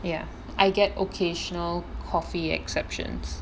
ya I get occasional coffee exceptions